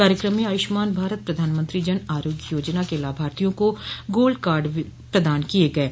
कार्यक्रम में आयुष्मान भारत प्रधानमंत्री जन आरोग्य योजना के लाभार्थियों को गोल्ड कार्ड प्रदान किये गये